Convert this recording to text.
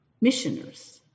Missioners